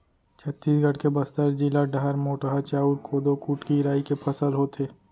छत्तीसगढ़ के बस्तर जिला डहर मोटहा चाँउर, कोदो, कुटकी, राई के फसल होथे